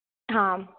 आम्